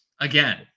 again